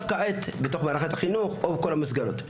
כעת בתוך מערכת החינוך או בכל המסגרות.